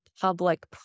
public